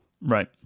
Right